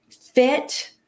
fit